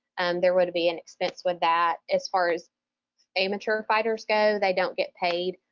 and there would be an expense with that as far as amateur fighters go they don't get paid,